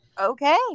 Okay